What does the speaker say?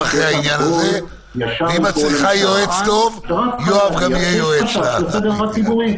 אחרי לפי סעיף 7(1) יבוא: ולעניין הכרזה לפי סעיף 22ג. סעיף 20 זה הביטול של החוק להארכת תקש"ח בהקשר של המלוניות.